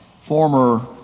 former